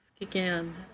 again